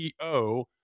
CEO